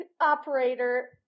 operator